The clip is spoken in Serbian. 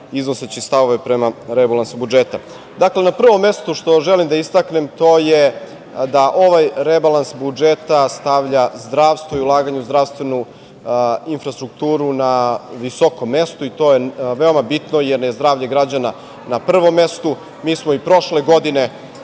Jovanović** Hvala, predsedniče, Dakle, na prvom mestu želim da istaknem to je da ovaj rebalans budžeta stavlja zdravstvo i ulaganje u zdravstvenu infrastrukturu na visoko mesto i to je veoma bitno, jer je zdravlje građana na prvom mestu. Mi smo i prošle godine